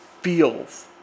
feels